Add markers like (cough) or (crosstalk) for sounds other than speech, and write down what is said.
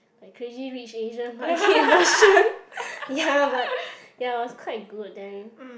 like Crazy-Rich-Asian but kids version (noise) ya but ya it was quite good then